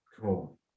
Cool